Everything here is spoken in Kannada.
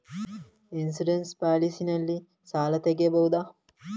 ಇನ್ಸೂರೆನ್ಸ್ ಪಾಲಿಸಿ ನಲ್ಲಿ ಸಾಲ ತೆಗೆಯಬಹುದ?